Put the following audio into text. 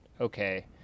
okay